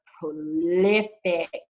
prolific